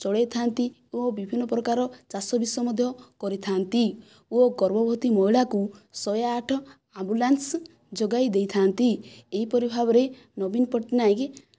ଚଳାଇଥାନ୍ତି ଓ ବିଭିନ୍ନ ପ୍ରକାରର ଚାଷବିସ ମଧ୍ୟ କରିଥାନ୍ତି ଓ ଗର୍ଭବତୀ ମହିଳାକୁ ଶହେ ଆଠ ଆମ୍ବୁଲାନ୍ସ ଯୋଗାଇ ଦେଇଥାନ୍ତି ଏହିପରି ଭାବରେ ନବୀନ ପଟ୍ଟନାୟକ